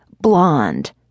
blonde